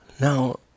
Now